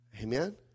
Amen